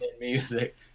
music